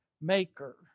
maker